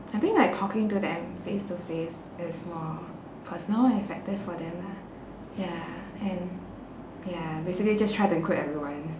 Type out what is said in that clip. I think like talking to them face to face is more personal and effective for them lah ya and ya basically just try to include everyone